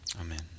Amen